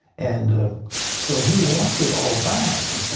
and so he wants it all back.